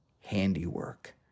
handiwork